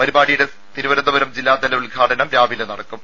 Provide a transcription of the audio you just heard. പരിപാടിയുടെ തിരുവനന്തപുരം ജില്ലാതല ഉദ്ഘാടനം രാവിലെ നടക്കും